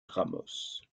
ramos